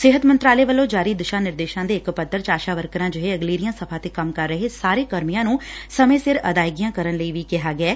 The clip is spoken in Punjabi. ਸਿਹਤ ਮੰਤਰਾਲੇ ਵੱਲੋ ਜਾਰੀ ਦਿਸ਼ਾ ਨਿਰਦੇਸ਼ਾ ਦੇ ਇਕ ਪੱਤਰ ਚ ਆਸ਼ਾ ਵਰਕਰਾ ਜਿਹੇ ਅਗਲੇਰੀਆਂ ਸਫ਼ਾ ਤੇ ਕੰਮ ਕਰ ਰਹੇ ਸਾਰੇ ਕਰਮੀਆਂ ਨੂੰ ਸਮੇ ਸਿਰ ਅਦਾਇਗੀਆਂ ਕਰਨ ਲਈ ਕਿਹਾ ਗਿਐ